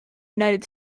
united